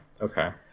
okay